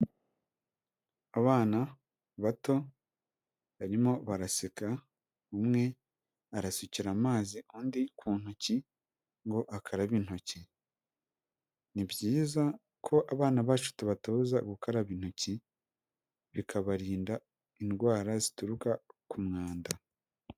Abana bato barimo baraseka umwe arasukira amazi andi ku ntoki ngo akabe intoki ni byiza ko abana bacu tubatoza gukaraba intoki bikabarinda indwara zituruka ku mwanda.